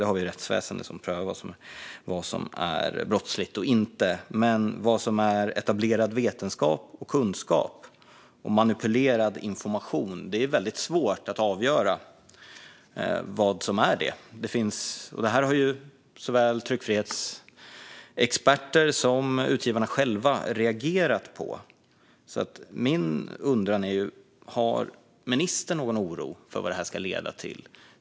Vi har ett rättsväsen som prövar vad som är brottsligt och inte. Men vad som är etablerad vetenskap och kunskap eller manipulerad information är väldigt svårt att avgöra. Detta har såväl tryckfrihetsexperter som utgivarna själva reagerat på. Min undran är: Har ministern någon oro för vad detta ska leda till?